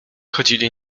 chodzili